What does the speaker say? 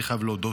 אני חייב להודות,